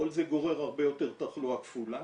כל זה גורר הרבה יותר תחלואה כפולה,